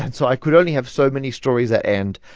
and so i could only have so many stories that end,